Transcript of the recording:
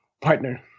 partner